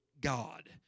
God